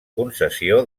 concessió